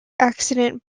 accident